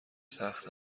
سخت